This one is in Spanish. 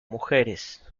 mujeres